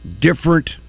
different